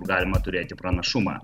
galima turėti pranašumą